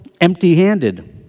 empty-handed